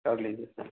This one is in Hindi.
कर लीजिए सर